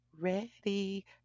ready